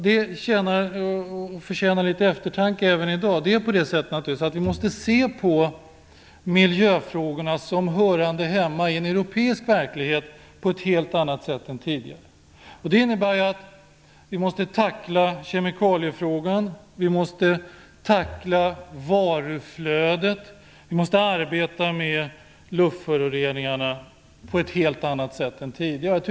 Detta förtjänar litet eftertanke även i dag, därför att vi måste naturligtvis se på miljöfrågorna som hörande hemma i en europeisk verklighet på ett helt annat sätt än tidigare. Det innebär att vi måste tackla kemikaliefrågan och frågan om varuflödet och att vi måste arbeta med frågan om luftföroreningarna på ett helt annat sätt än tidigare.